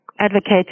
advocate